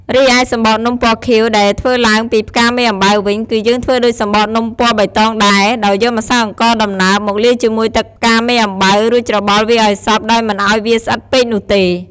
រីឯ សំបកនំពណ៌ខៀវដែលធ្វើឡើងពីផ្កាមេអំបៅវិញ គឺយើងធ្វើដូចសំបកនំពណ៌បៃតងដែរ ដោយយកម្សៅអង្ករដំណើប មកលាយជាមួយទឹកផ្កាមេអំបៅ រួចច្របល់វាឱ្យសព្វដោយមិនឱ្យវាស្អិតពេកនោះទេ។